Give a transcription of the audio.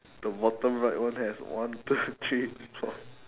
the bottom right one has one two three four